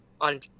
on